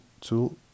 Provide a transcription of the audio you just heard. tool